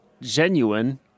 genuine